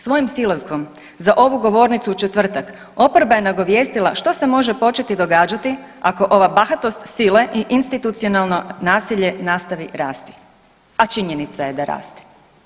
Svojim silaskom za ovu govornicu u četvrtak oporba je nagovijestila što se može početi događati ako ova bahatost sile i institucionalno nasilje nastavi rasti, a činjenica je da raste.